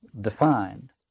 defined